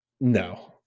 No